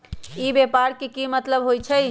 ई व्यापार के की मतलब होई छई?